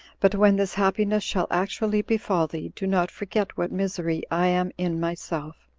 but when this happiness shall actually befall thee, do not forget what misery i am in myself,